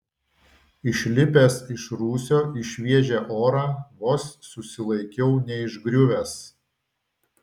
išlipęs iš rūsio į šviežią orą vos susilaikiau neišgriuvęs